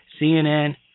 CNN